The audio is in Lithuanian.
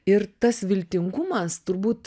ir tas viltingumas turbūt